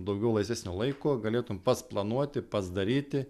daugiau laisvesnio laiko galėtum pats planuoti pats daryti